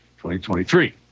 2023